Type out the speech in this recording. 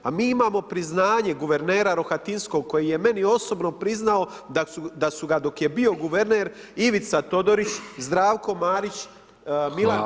Pa mi imamo priznanje guvernera Rohatinskog koji je meni osobno priznao da su ga dok je bio guverner Ivica Todorić, Zdravko Marić, Milan